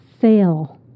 fail